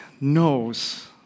knows